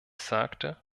sagte